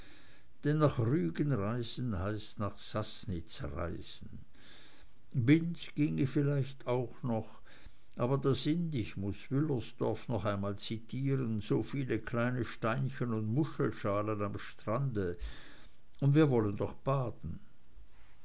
nach rügen reisen heißt nach saßnitz reisen binz ginge vielleicht auch noch aber da sind ich muß wüllersdorf noch einmal zitieren so viele kleine steinchen und muschelschalen am strand und wir wollen doch baden